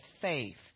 faith